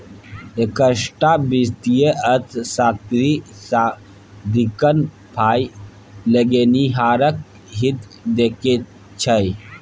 एकटा वित्तीय अर्थशास्त्री सदिखन पाय लगेनिहारक हित देखैत छै